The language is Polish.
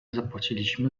zapłaciliśmy